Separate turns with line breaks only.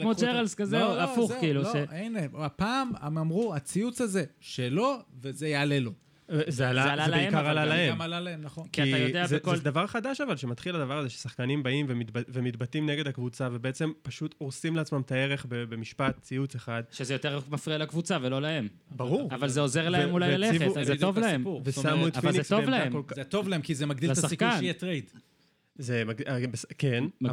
כמו
לקחו את ה-
צ'רלס כזה,
לא, לא,
הפוך,
זה,
כאילו,
לא,
ש-
הנה, הפעם הם אמרו, הציוץ הזה שלו, וזה יעלה לו.
זה עלה-
זה
זה
עלה להם,
בעיקר
אבל
עלה
גם-
להם.
גם עלה להם, נכון.
כי
כי אתה יודע,
זה-
בכל-
זה דבר חדש, אבל, שמתחיל הדבר הזה ששחקנים באים ומתבט- ומתבטאים נגד הקבוצה, ובעצם פשוט הורסים לעצמם את הערך ב- במשפט, ציוץ אחד.
שזה יותר מפריע לקבוצה ולא להם.
ברור.
אבל
ו-
זה עוזר
ו-
להם
ו-
אולי
והציבו-
ללכת, אז
זה
זה
בדיוק
טוב להם.
הסיפור. ושמו את
אבל זה
פיניקס
טוב
בעמדה
להם.
כל כך-
זה טוב להם, כי זה מגדיל את
לשחקן.
הסיכוי שיהיה trade.
זה מגדיל- כן,
מגדיל-